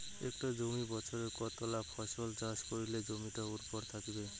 একটা জমিত বছরে কতলা ফসল চাষ করিলে জমিটা উর্বর থাকিবে?